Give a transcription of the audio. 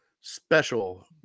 special